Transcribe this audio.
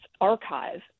archive